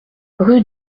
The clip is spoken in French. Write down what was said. rue